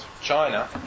China